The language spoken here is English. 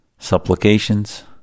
supplications